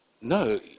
No